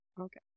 Okay